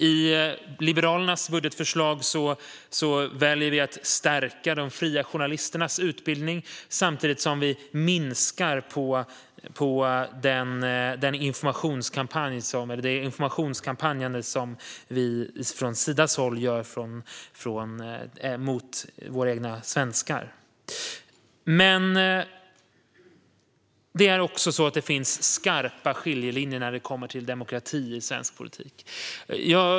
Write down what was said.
I Liberalernas budgetförslag väljer vi att stärka de fria journalisternas utbildning samtidigt som vi minskar på den informationskampanj som Sida driver mot våra egna svenskar. Det finns skarpa skiljelinjer i svensk politik när det kommer till demokrati.